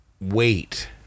wait